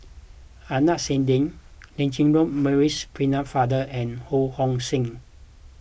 Adnan Saidi Lancelot Maurice Pennefather and Ho Hong Sing